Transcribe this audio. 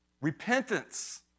Repentance